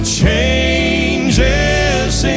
changes